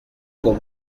con